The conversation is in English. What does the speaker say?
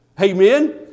Amen